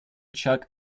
chuck